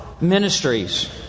ministries